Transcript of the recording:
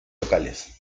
locales